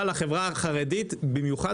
אבל החברה החרדית במיוחד,